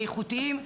איכותיים,